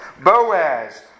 Boaz